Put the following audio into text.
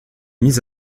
mise